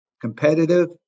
competitive